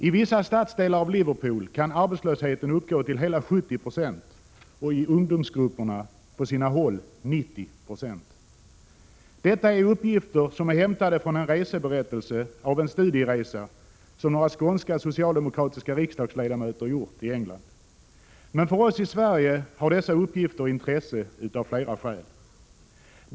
I vissa stadsdelar av Liverpool kan arbetslösheten uppgå till hela 70 96 och i ungdomsgrupperna på sina håll 90 96.” Detta är uppgifter hämtade från en reseberättelse om en studieresa som några skånska socialdemokratiska riksdagsledamöter gjort i England. För oss i Sverige har dessa uppgifter intresse av flera skäl.